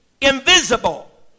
invisible